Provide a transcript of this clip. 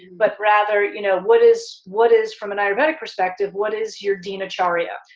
but rather, you know what is what is from an ayurvedic perspective, what is your dinacharya?